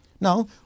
Now